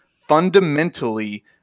fundamentally